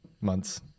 months